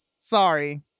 Sorry